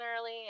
early